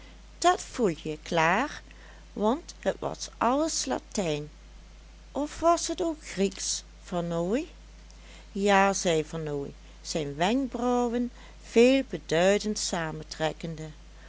dat voelje klaar want het was alles latijn of was het ook grieksch vernooy ja zei vernooy zijne wenkbrauwen veel